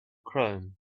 chrome